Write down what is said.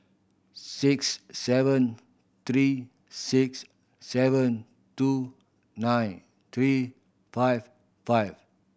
six seven three six seven two nine three five five